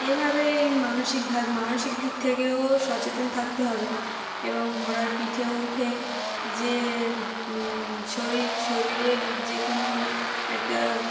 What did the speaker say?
এভাবেই মানসিকভাবে মানসিক দিক থেকেও সচেতন থাকতে হবে এবং ঘোড়ার পিঠে উঠে যে শরীর শরীরের যে কোনো একটা